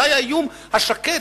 האיום השקט,